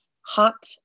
hot